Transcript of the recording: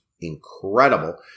incredible